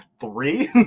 three